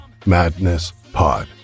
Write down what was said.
madnesspod